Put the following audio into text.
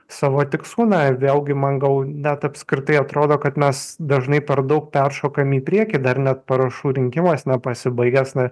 savo tikslų na ir vėlgi man gal net apskritai atrodo kad mes dažnai per daug peršokam į priekį dar net parašų rinkimas nepasibaigęs na